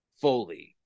fully